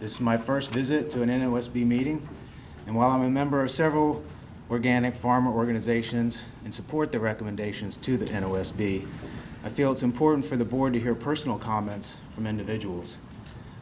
this is my first visit to an end it was to be meeting and while i'm a member of several organic farmer organizations and support the recommendations to the ten o s b i feel it's important for the board to hear personal comments from individuals